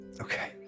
Okay